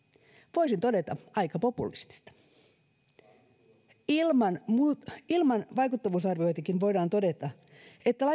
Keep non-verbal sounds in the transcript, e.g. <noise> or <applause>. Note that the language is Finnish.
voisin todeta aika populistista ilman vaikuttavuusarvioitakin voidaan todeta että <unintelligible>